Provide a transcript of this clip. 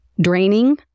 draining